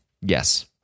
Yes